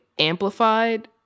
amplified